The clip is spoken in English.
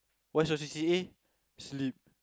what's your C_C_A-sleep